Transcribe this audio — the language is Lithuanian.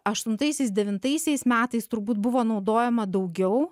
aštuntaisiais devintaisiais metais turbūt buvo naudojama daugiau